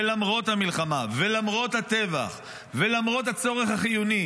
ולמרות המלחמה ולמרות הטבח ולמרות הצורך החיוני